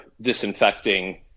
disinfecting